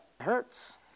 hurts